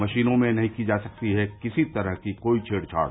मशीनों में नहीं की जा सकती है किसी तरह की कोई छेड़छाड़